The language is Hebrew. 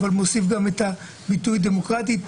אבל מוסיף גם את הביטוי דמוקרטית.